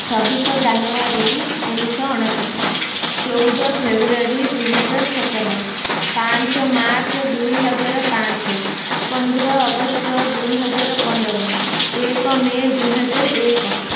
ଛବିଶ ଜାନୁଆରୀ ଉଣେଇଶ ଅନେଶତ ଚଉଦ ଫେବୃଆରୀ ଦୁଇହଜାର ସତର ପାଞ୍ଚ ମାର୍ଚ୍ଚ ଦୁଇହଜାର ପାଞ୍ଚ ପନ୍ଦର ଅଗଷ୍ଟ ଦୁଇହଜାର ପନ୍ଦର ଏକ ମେ ଦୁଇହଜାର ଏକ